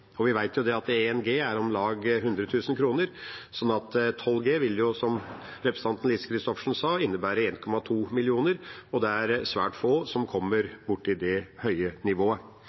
at 1G er om lag 100 000 kr, slik at 12G, som representanten Lise Christoffersen sa, vil innebære 1,2 mill. kr. Det er svært få som kommer borti det høye nivået.